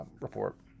report